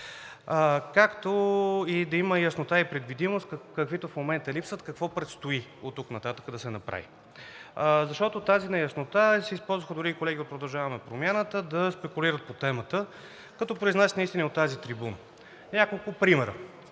както и да има яснота и предвидимост, каквито в момента липсват, какво предстои оттук нататък да се направи. Защото тази неяснота използваха дори и колеги от „Продължаваме Промяната“ да спекулират по темата, като се произнасят от тази трибуна. Няколко примера: